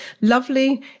lovely